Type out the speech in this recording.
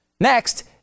Next